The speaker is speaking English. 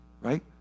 Right